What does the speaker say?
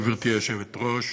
גברתי היושבת-ראש,